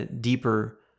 deeper